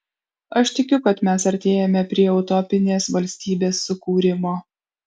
aš tikiu kad mes artėjame prie utopinės valstybės sukūrimo